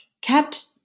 kept